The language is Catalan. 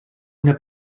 una